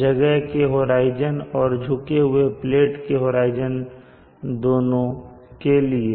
जगह के होराइजन और झुके हुए प्लेट के होराइजन दोनों के लिए